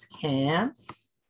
camps